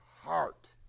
heart